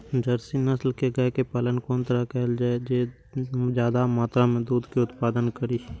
Jersey नस्ल के गाय के पालन कोन तरह कायल जाय जे ज्यादा मात्रा में दूध के उत्पादन करी?